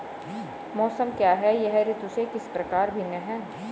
मौसम क्या है यह ऋतु से किस प्रकार भिन्न है?